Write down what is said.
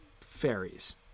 fairies